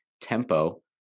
tempo